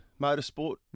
motorsport